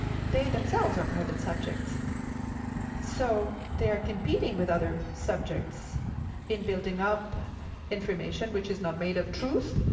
they themselves are private subjects so they're competing with other subjects in building up information which is not made of truth,